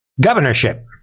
governorship